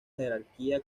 jerarquía